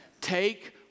take